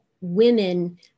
women